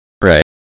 Right